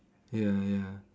ya ya